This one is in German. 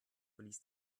verließ